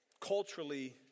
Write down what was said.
culturally